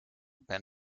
been